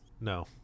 No